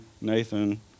Nathan